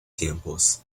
tiempos